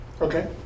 Okay